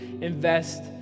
invest